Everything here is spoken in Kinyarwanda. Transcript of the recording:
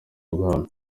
bwami